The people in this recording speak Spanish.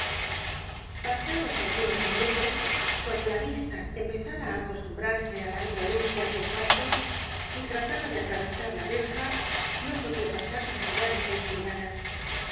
pasados algunos minutos cuando la vista empezaba á acostumbrarse á la media luz de aquel cuarto si trataba de atravesar la verja no podia pasar mas allá de seis pulgadas